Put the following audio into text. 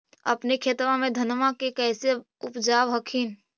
अपने खेतबा मे धन्मा के कैसे उपजाब हखिन?